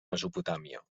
mesopotàmia